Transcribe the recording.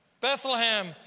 Bethlehem